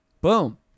Boom